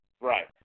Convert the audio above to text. Right